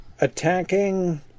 attacking